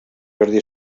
jordi